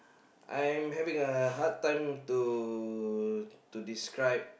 I am having a hard time to to describe